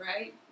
right